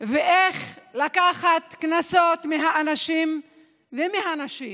ואיך לקחת קנסות מהאנשים ומהנשים.